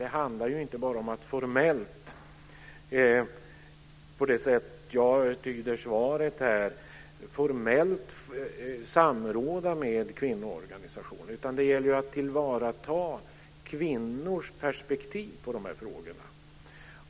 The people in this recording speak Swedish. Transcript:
Som jag tyder svaret handlar det inte bara om att formellt samråda med kvinnoorganisationerna, utan det gäller att tillvarata kvinnors perspektiv på de här frågorna.